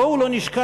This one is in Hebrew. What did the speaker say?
בואו לא נשכח,